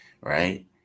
right